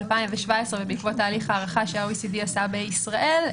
ב-2017 ובעקבות תהליך הערכה שה-OECD עשה בישראל,